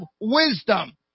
wisdom